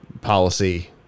policy